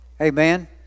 Amen